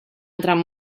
entran